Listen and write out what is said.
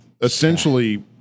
Essentially